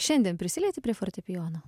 šiandien prisilieti prie fortepijono